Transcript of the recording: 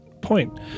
point